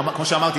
כמו שאמרתי,